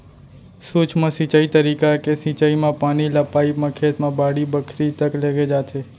सूक्ष्म सिंचई तरीका के सिंचई म पानी ल पाइप म खेत म बाड़ी बखरी तक लेगे जाथे